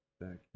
back